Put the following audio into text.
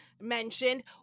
mentioned